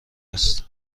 است